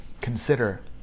consider